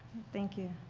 thank you.